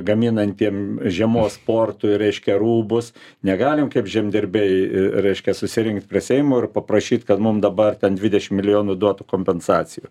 gaminantiem žiemos sportui reiškia rūbus negalim kaip žemdirbiai reiškia susirinkt prie seimo ir paprašyt kad mum dabar ten dvidešim milijonų duotų kompensacijų